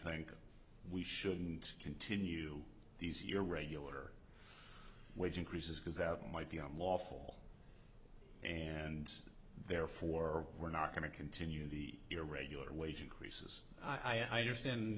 think we shouldn't continue these your regular wage increases because that might be on lawful and therefore we're not going to continue the irregular wage increases i understand